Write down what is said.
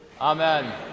Amen